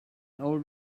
old